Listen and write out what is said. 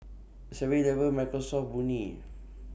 Seven Eleven Microsoft Burnie